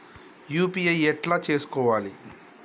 UPI ఎట్లా చేసుకోవాలి?